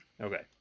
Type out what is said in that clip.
Okay